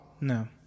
No